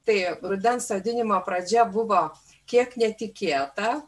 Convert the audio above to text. tai rudens sodinimo pradžia buvo kiek netikėta